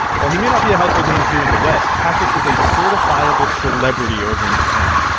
while he may not be a household name here in the west, patrick is a certifiable celebrity over in japan.